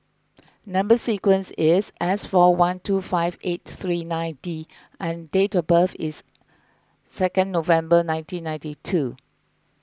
Number Sequence is S four one two five eight three nine D and date of birth is second November nineteen ninety two